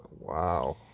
Wow